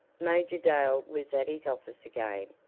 major dale was at his office again,